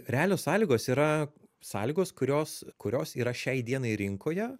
realios sąlygos yra sąlygos kurios kurios yra šiai dienai rinkoje